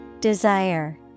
Desire